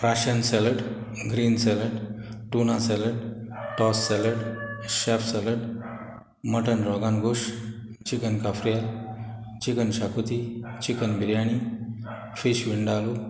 Russian salad green salad tuna salad toss salad chef salad mutton rogan gosh chicken cafreal chicken xacuti chicken biryani fish vindaloo